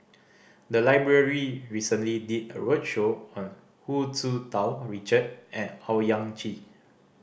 the library recently did a roadshow on Hu Tsu Tau Richard and Owyang Chi